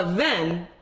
then,